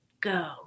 go